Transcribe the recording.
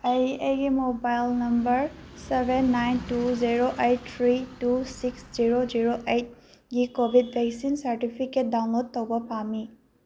ꯑꯩ ꯑꯩꯒꯤ mobile number seven nine two zero eight three two zero six zero zero ꯑꯩꯠꯀꯤ covid vaccine certificate download ꯇꯧꯕ ꯄꯥꯝꯃꯤ